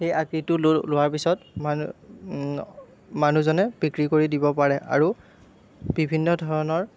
সেই আকৃতিটো লোৱাৰ পিছত মানুহজনে বিক্ৰী কৰি দিব পাৰে আৰু বিভিন্ন ধৰণৰ